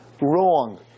Wrong